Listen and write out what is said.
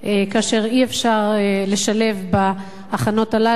כאשר בהכנות הללו,